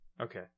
okay